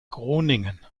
groningen